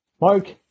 Mark